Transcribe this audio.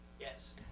Yes